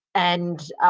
and